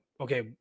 okay